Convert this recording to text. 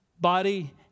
body